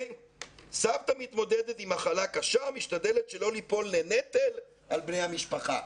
"סבתא מתמודדת עם מחלה קשה ומשתדלת שלא ליפול לנטל על בני המשפחה".